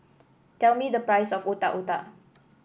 tell me the price of Otak Otak